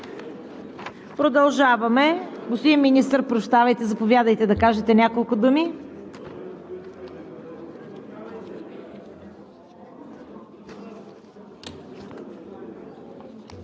Продължаваме. Господин Министър, заповядайте да кажете няколко думи.